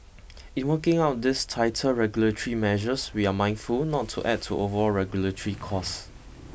in working out these tighter regulatory measures we're mindful not to add to overall regulatory costs